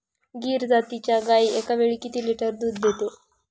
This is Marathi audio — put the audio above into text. गीर जातीची गाय एकावेळी किती लिटर दूध देते?